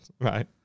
Right